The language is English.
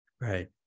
Right